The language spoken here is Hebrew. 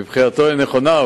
מבחינתו, היא נכונה.